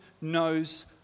knows